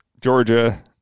Georgia